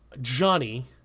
Johnny